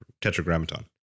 Tetragrammaton